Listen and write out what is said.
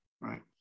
right